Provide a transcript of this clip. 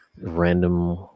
random